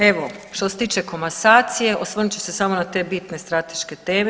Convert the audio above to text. Evo što se tiče komasacije osvrnut ću se samo na te bitne strateške teme.